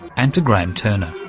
and to graeme turner.